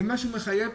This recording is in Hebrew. ומשהו מחייב,